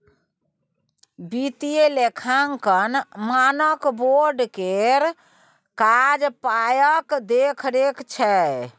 वित्तीय लेखांकन मानक बोर्ड केर काज पायक देखरेख छै